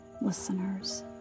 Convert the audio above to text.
listeners